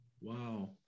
Wow